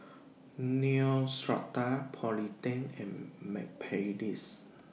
Neostrata Polident Am Mepilex